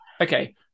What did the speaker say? okay